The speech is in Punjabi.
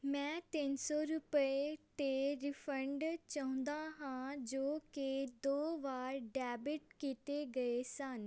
ਮੈਂ ਤਿੰਨ ਸੌ ਰੁਪਏ 'ਤੇ ਰਿਫੰਡ ਚਾਹੁੰਦਾ ਹਾਂ ਜੋ ਕਿ ਦੋ ਵਾਰ ਡੈਬਿਟ ਕੀਤੇ ਗਏ ਸਨ